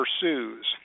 pursues